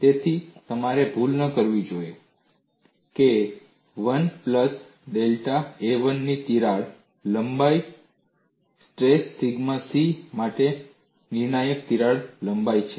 તેથી તમારે ભૂલ ન કરવી જોઈએ કે 1 પ્લસ ડેલ્ટા a 1 ની તિરાડ લંબાઈ તણાવ સિગ્મા c માટે નિર્ણાયક તિરાડ લંબાઈ છે